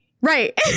Right